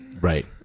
Right